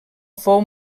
fou